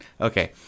Okay